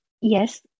yes